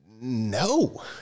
No